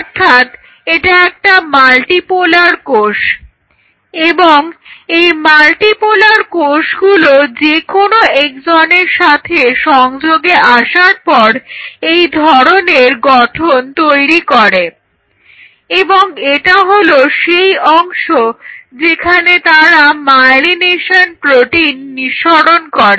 অর্থাৎ এটা একটা মাল্টিপোলার কোষ এবং এই মাল্টিপোলার কোষগুলো যেকোনো এক্সনের সাথে সংযোগে আসার পর এই ধরনের গঠন তৈরি করে এবং এটা হলো সেই অংশ যেখানে তারা মায়েলিনেশন প্রোটিন নিঃসরণ করে